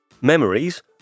Memories